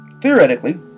theoretically